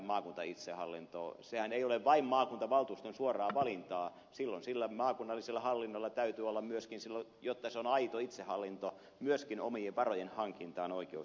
sehän ei ole vain maakuntavaltuuston suoraa valintaa silloin sillä maakunnallisella hallinnolla täytyy olla myöskin jotta se on aito itsehallinto omien varojen hankintaan oikeus